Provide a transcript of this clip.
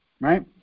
right